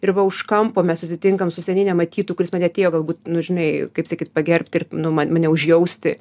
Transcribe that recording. ir va už kampo mes susitinkam su seniai nematytu kuris mane atėjo galbūt nu žinai kaip sakyt pagerbti ir nu mane mane užjausti